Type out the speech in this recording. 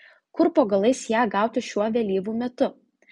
kur po galais ją gauti šiuo vėlyvu metu